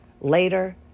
Later